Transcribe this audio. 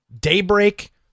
Daybreak